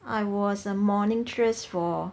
I was a monitress for